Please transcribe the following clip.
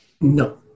No